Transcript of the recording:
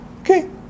Okay